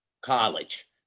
college